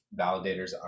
validators